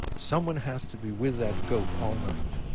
someone has to be with that goat all night.